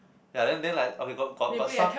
ya then then like okay got got got some